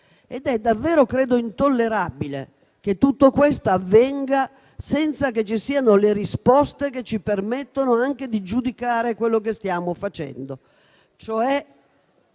Ed è davvero intollerabile che tutto questo avvenga senza che ci siano le risposte che ci permettono anche di giudicare quello che stiamo facendo: